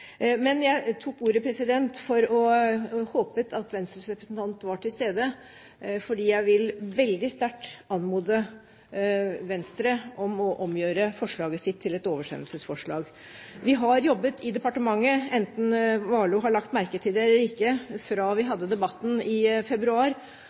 men det er ikke det svakeste forskningsbudsjettet. Det er altså tidenes høyeste forskningsbudsjett, som vi har hatt de siste to årene. Jeg tok ordet – og håpet at Venstres representant var til stede – fordi jeg veldig sterkt vil anmode Venstre om å omgjøre forslaget sitt til et oversendelsesforslag. Vi har jobbet i departementet, enten